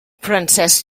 francesc